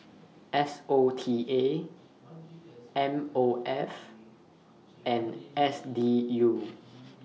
S O T A M O F and S D U